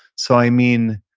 so, i mean,